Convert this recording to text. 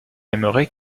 aimerait